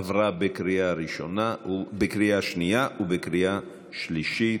עברה בקריאה שנייה ובקריאה שלישית.